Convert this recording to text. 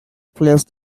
placed